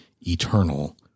eternal